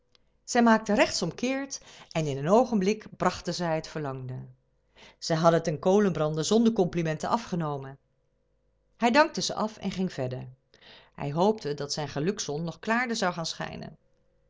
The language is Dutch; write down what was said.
zij maakten rechts om keert en in een oogenblik brachten zij het verlangde zij hadden het den kolenbrander zonder complimenten afgenomen hij dankte ze af en ging verder hij hoopte dat zijn gelukszon nog klaarder zou gaan schijnen